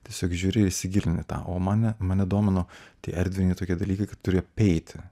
tiesiog žiūri įsigilini tą o mane mane domino tie erdviniai tokie dalykai kai turi eiti